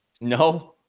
No